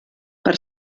per